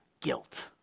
guilt